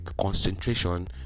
concentration